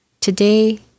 Today